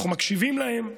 אנחנו מקשיבים להם.